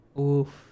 Oof